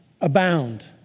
abound